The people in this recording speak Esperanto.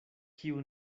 kiu